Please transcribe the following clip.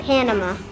Panama